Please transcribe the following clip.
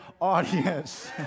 audience